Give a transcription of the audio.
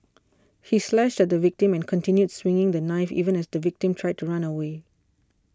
he slashed at the victim and continued swinging the knife even as the victim tried to run away